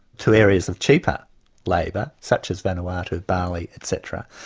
to areas of cheaper labour, such as vanuatu, bali, etc.